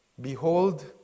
Behold